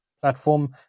platform